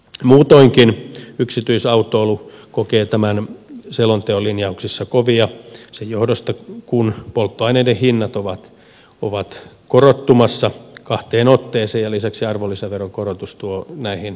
muutoinkin yksityisautoilu kokee tämän selonteon linjauksissa kovia sen johdosta että polttoaineiden hinnat ovat korottumassa kahteen otteeseen ja lisäksi arvonlisäveron korotus tuo näihin korotuksia